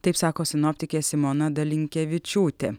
taip sako sinoptikė simona dalinkevičiūtė